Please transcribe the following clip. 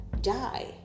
die